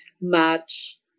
match